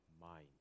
mind